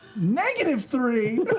negative three!